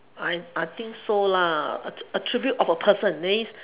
I I think so lah att~ attribute of a person that means